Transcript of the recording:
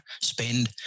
spend